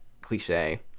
cliche